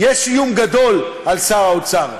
יש איום גדול על שר האוצר.